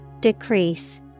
Decrease